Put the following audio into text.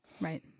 Right